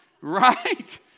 right